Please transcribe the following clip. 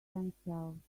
themselves